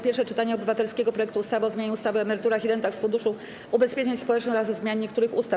Pierwsze czytanie obywatelskiego projektu ustawy o zmianie ustawy o emeryturach i rentach z Funduszu Ubezpieczeń Społecznych oraz o zmianie niektórych ustaw.